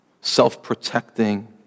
self-protecting